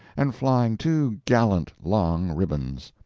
and flying two gallant long ribbons.